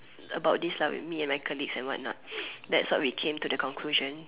about this me and my colleagues and what not that's what we came to the conclusion